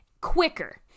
quicker